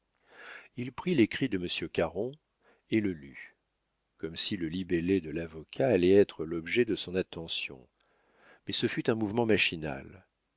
il prit l'écrit de monsieur caron et le lut comme si le libellé de l'avocat allait être l'objet de son attention mais ce fut un mouvement machinal